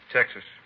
Texas